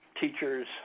teachers